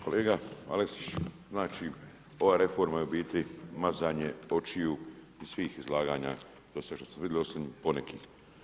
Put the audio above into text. Kolega Aleksić, znači ova reforma je u biti mazanje očiju u svih izlaganja dosad što smo vidjeli osim ponekih.